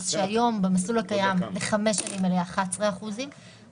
שהיום במסלול הקיים 5 שנים ל-11 אחוזים,